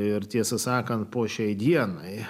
ir tiesą sakant po šiai dienai